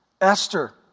Esther